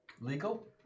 Legal